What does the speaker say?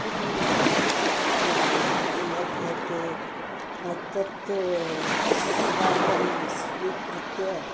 किं लभ्यते तत् स्वादं स्वीकृत्य